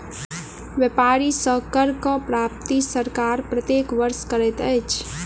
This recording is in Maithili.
व्यापारी सॅ करक प्राप्ति सरकार प्रत्येक वर्ष करैत अछि